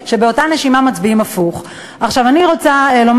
האופוזיציה, אבל, אני רק רוצה לומר